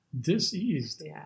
diseased